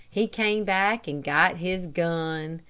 he came back and got his gun.